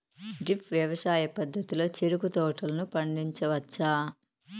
drip వ్యవసాయ పద్ధతిలో చెరుకు తోటలను పండించవచ్చా